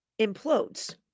implodes